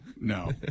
no